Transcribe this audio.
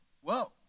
Whoa